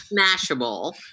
smashable